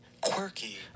quirky